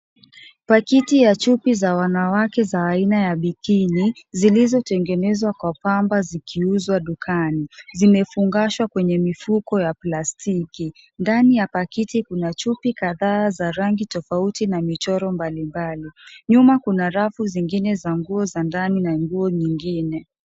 Pakiti ya chupi za wanawake za aina ya bikini zilizotengenezwa kwa pamba zikiuzwa dukani, zimefungashwa kwenye mifuko ya plastiki. Ndani ya pakiti kuna chupi kadhaa za rangi tofauti na michoro mbalimbali. Nyuma kuna rafu zingine za nguo za ndani na nguo nyingine.